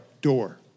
door